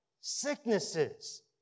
sicknesses